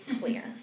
clear